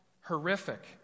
horrific